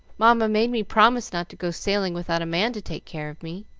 mamma made me promise not to go sailing without a man to take care of me.